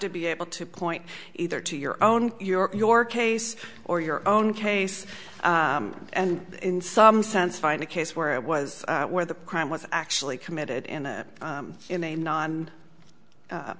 to be able to point either to your own your your case or your own case and in some sense find a case where it was where the crime was actually committed in a in a non